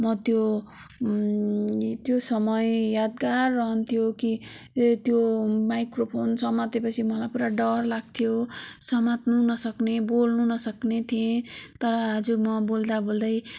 म त्यो त्यो समय यादगार रहन्थ्यो कि ए त्यो माइक्रोफोन समाते पछि मलाई पुरा डर लाग्थ्यो समात्नु नसक्ने बोल्नु नसक्ने थिएँ तर आज म बोल्दा बोल्दै